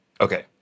Okay